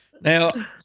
Now